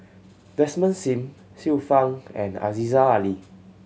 Desmond Sim Xiu Fang and Aziza Ali